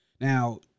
Now